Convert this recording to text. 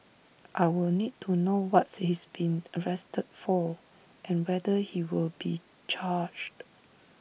I will need to know what's he's been arrested for and whether he will be charged